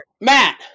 Matt